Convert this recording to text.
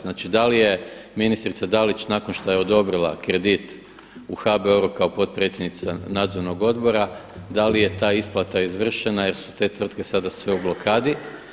Znači da li je ministrica Dalić nakon što je odobrila kredit u HBOR-u kao potpredsjednica Nadzornog odbora da li je ta isplata izvršena jer su te tvrtke sada sve u blokadi?